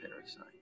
parasite